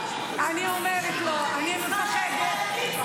מפקד בצבא,